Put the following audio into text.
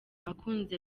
akunze